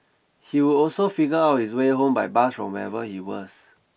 he would also figure out his way home by bus from wherever he was